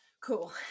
Cool